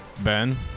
Ben